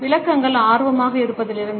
விளக்கங்கள் ஆர்வமாக இருப்பதிலிருந்து